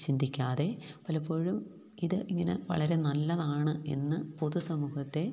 ചിന്തിക്കാതെ പലപ്പോഴും ഇതിങ്ങനെ വളരെ നല്ലതാണെന്ന് പൊതുസമൂഹത്തെ